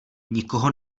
nikoho